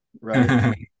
right